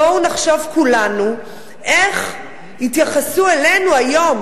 בואו נחשוב כולנו איך יתייחסו אלינו היום